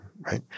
right